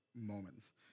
moments